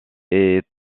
est